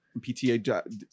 PTA